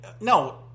No